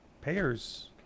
payers